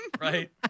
Right